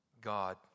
God